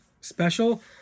special